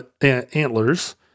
antlers